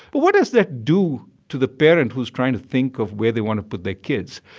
but what does that do to the parent who's trying to think of where they want to put their kids?